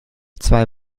zwei